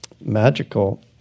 magical